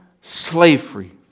slavery